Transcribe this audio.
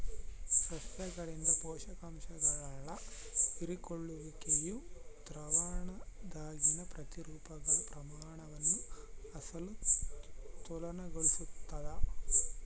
ಸಸ್ಯಗಳಿಂದ ಪೋಷಕಾಂಶಗಳ ಹೀರಿಕೊಳ್ಳುವಿಕೆಯು ದ್ರಾವಣದಾಗಿನ ಪ್ರತಿರೂಪಗಳ ಪ್ರಮಾಣವನ್ನು ಅಸಮತೋಲನಗೊಳಿಸ್ತದ